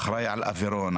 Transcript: האחראי על אווירון,